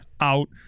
out